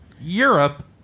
Europe